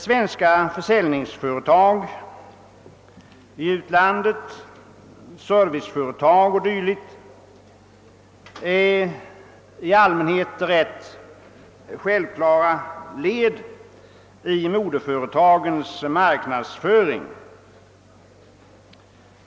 Svenska försäljningsoch serviceföretag i utlandet är i allmänhet rätt självklara led i moderföretagens marknadsföring.